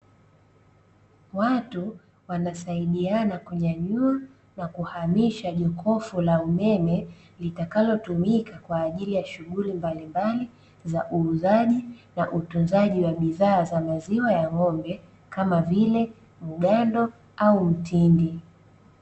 Watu wanasaidiana kunyanyua na kuhamisha jokofu la umeme, litakalo tumika kwa ajili ya shughuli mbalimbali za uuzaji, na utunzaji wa bidhaa za maziwa ya ng'ombe kama vile mgando au mtindi.